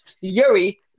Yuri